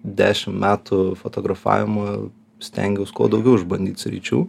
dešim metų fotografavimo stengiaus kuo daugiau išbandyt sričių